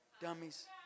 Dummies